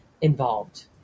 involved